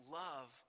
love